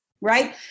right